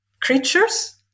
creatures